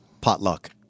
Potluck